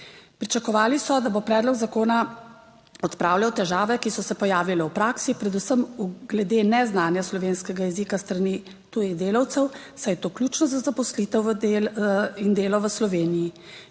Pričakovali so, da bo predlog zakona odpravljal težave, ki so se pojavile v praksi, predvsem glede neznanja slovenskega jezika s strani tujih delavcev, saj je to ključno za zaposlitev in delo v Sloveniji.